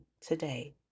today